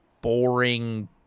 boring